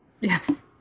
Yes